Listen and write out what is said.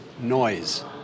noise